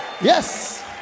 Yes